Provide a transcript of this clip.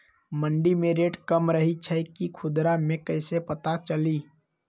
मंडी मे रेट कम रही छई कि खुदरा मे कैसे पता चली?